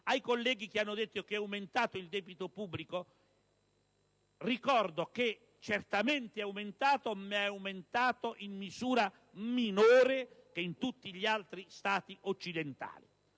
Ai colleghi che hanno detto che è aumentato il debito pubblico, ricordo che certamente è aumentato, ma in misura minore rispetto a tutti gli altri Stati occidentali.